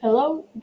Hello